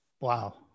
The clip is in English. Wow